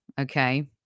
okay